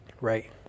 right